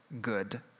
good